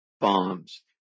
Bombs